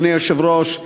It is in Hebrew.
אדוני היושב-ראש,